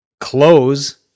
close